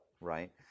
right